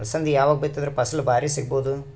ಅಲಸಂದಿ ಯಾವಾಗ ಬಿತ್ತಿದರ ಫಸಲ ಭಾರಿ ಸಿಗಭೂದು?